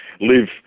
live